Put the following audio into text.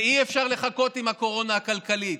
ואי-אפשר לחכות עם הקורונה הכלכלית.